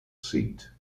seat